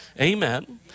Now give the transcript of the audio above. amen